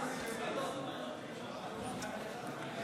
חינוך ממלכתי-חרדי),